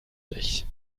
sich